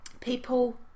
people